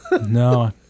No